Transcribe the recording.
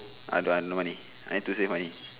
I got no money I need to save money